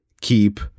keep